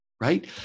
right